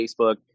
Facebook